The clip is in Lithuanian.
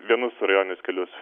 vienus rajoninius kelius